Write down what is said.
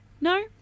No